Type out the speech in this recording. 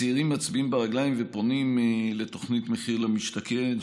הצעירים מצביעים ברגליים ופונים לתוכנית מחיר למשתכן,